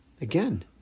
Again